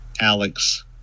Alex